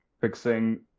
fixing